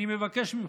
אני מבקש ממך,